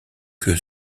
que